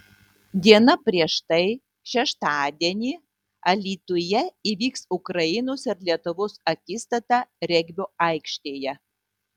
diena prieš tai šeštadienį alytuje įvyks ukrainos ir lietuvos akistata regbio aikštėje